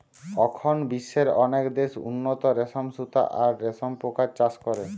অখন বিশ্বের অনেক দেশ উন্নত রেশম সুতা আর রেশম পোকার চাষ করে